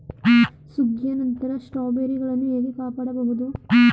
ಸುಗ್ಗಿಯ ನಂತರ ಸ್ಟ್ರಾಬೆರಿಗಳನ್ನು ಹೇಗೆ ಕಾಪಾಡ ಬಹುದು?